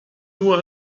nur